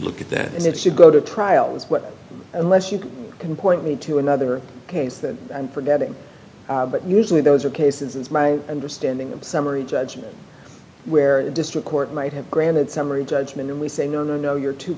look at that and it should go to trial as well unless you can point me to another case that forgetting but usually those are cases it's my understanding of summary judgment where the district court might have granted summary judgment and we say no no you're too